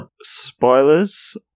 Spoilers